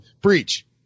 Breach